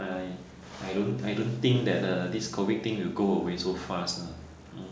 I I don't I don't think that uh this COVID thing will go away so fast ah